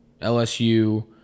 LSU